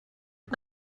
are